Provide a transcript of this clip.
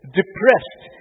depressed